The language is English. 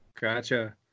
Gotcha